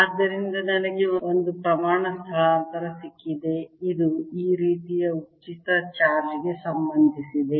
ಆದ್ದರಿಂದ ನಮಗೆ ಒಂದು ಪ್ರಮಾಣ ಸ್ಥಳಾಂತರ ಸಿಕ್ಕಿದೆ ಇದು ಈ ರೀತಿಯ ಉಚಿತ ಚಾರ್ಜ್ ಗೆ ಸಂಬಂಧಿಸಿದೆ